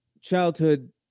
childhood